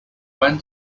when